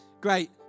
Great